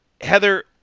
Heather